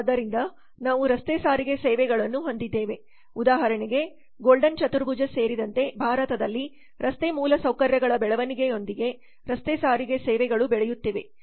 ಆದ್ದರಿಂದ ನಾವು ರಸ್ತೆ ಸಾರಿಗೆ ಸೇವೆಗಳನ್ನು ಹೊಂದಿದ್ದೇವೆ ಉದಾಹರಣೆಗೆ ಗೋಲ್ಡನ್ ಚತುರ್ಭುಜ ಸೇರಿದಂತೆ ಭಾರತದಲ್ಲಿ ರಸ್ತೆ ಮೂಲಸೌಕರ್ಯಗಳ ಬೆಳವಣಿಗೆಯೊಂದಿಗೆ ರಸ್ತೆ ಸಾರಿಗೆ ಸೇವೆಗಳೂ ಬೆಳೆಯುತ್ತಿವೆ